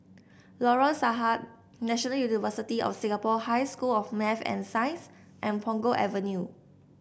Lorong Sarhad National University of Singapore High School of Math and Science and Punggol Avenue